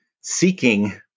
seeking